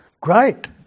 Great